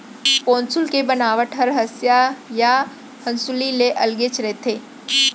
पौंसुल के बनावट हर हँसिया या हँसूली ले अलगेच रथे